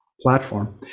platform